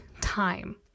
time